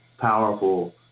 powerful